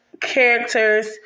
characters